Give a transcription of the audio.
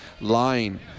line